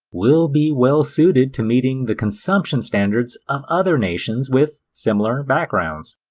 will be well suited to meeting the consumption standards of other nations with similar backgrounds.